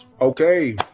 Okay